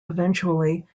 eventually